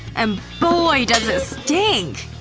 and boy does stink!